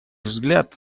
взгляд